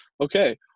okay